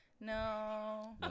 No